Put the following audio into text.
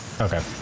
Okay